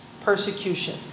persecution